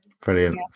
brilliant